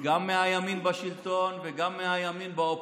גם מהימין בשלטון וגם מהימין באופוזיציה.